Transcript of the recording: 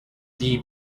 die